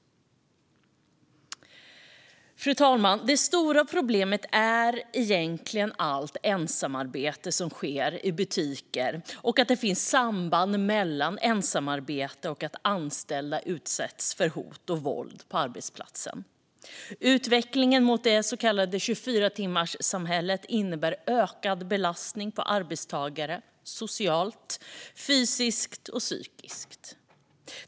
Fru talman! Det stora problemet är egentligen allt ensamarbete som sker i butiker och att det finns ett samband mellan ensamarbete och att anställda utsätts för hot och våld på arbetsplatsen. Utvecklingen mot det så kallade 24-timmarssamhället innebär ökad belastning på arbetstagare socialt, fysiskt och psykiskt.